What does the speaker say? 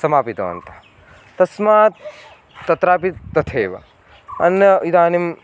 समापितवन्तः तस्मात् तत्रापि तथैव अन्यः इदानीं